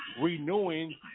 renewing